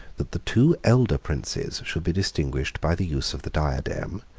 that the two elder princes should be distinguished by the use of the diadem,